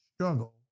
struggle